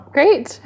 Great